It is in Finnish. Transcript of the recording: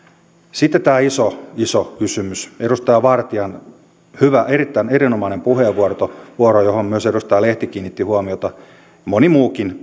sitten tämä iso iso kysymys edustaja vartian hyvä erittäin erinomainen puheenvuoro johon myös edustaja lehti kiinnitti huomiota moni muukin